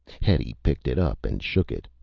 hetty picked it up and shook it.